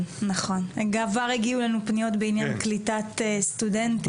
כבר הגיעו אלינו פניות בעניין קליטת סטודנטים.